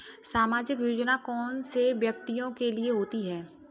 सामाजिक योजना कौन से व्यक्तियों के लिए होती है?